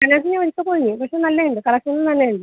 കല്ല്യാൺസിൽ ഇപ്പോൾ പോയി ഇത് നല്ലതുണ്ട് കളക്ഷനും നല്ലതുണ്ട്